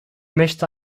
möchte